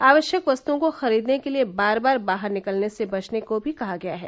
आवश्यक वस्त्ओं को खरीदने के लिए बार बार बाहर निकलने से बचने को भी कहा गया है